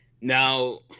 Now